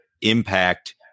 impact